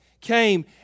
came